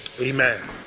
Amen